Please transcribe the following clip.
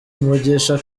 umugisha